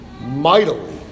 mightily